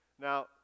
Now